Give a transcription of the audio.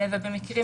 ובמקרים